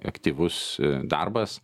aktyvus darbas